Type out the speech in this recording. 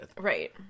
Right